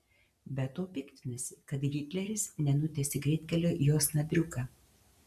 be to piktinasi kad hitleris nenutiesė greitkelio į osnabriuką